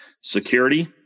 security